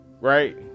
Right